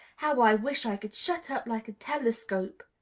how i wish i could shut up like a telescope!